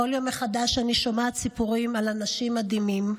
בכל יום מחדש אני שומעת סיפורים על אנשים מדהימים,